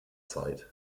zeit